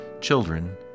Children